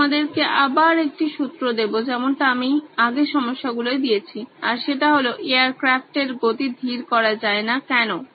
আমি তোমাদেরকে আবার একটি সূত্র দেবো যেমনটা আমি আগের সমস্যা গুলোয় দিয়েছি আর সেটা হলো এয়ারক্রাফট এর গতি ধীর করা যায় না কেন